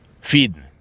feeding